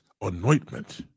anointment